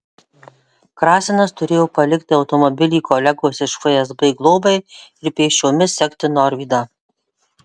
krasinas turėjo palikti automobilį kolegos iš fsb globai ir pėsčiomis sekti norvydą